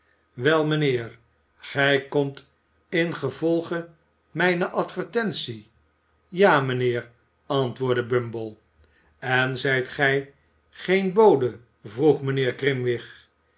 wel mijnheer gij komt ingevolge mijne advertentie ja mijnheer antwoordde bumble en zijt gij geen bode vroeg mijnheer grimwig